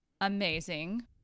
amazing